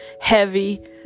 heavy